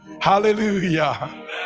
hallelujah